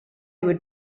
would